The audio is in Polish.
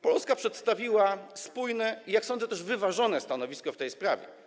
Polska przedstawiła spójne i też, jak sądzę, wyważone stanowisko w tej sprawie.